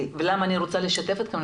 ולמה אני רוצה לשתף אתכם?